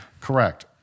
correct